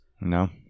no